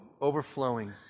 overflowing